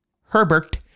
Herbert